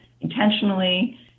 intentionally